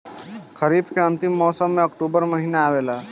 खरीफ़ के अंतिम मौसम में अक्टूबर महीना आवेला?